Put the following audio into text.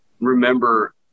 remember